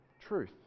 truth